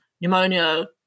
pneumonia